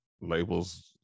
labels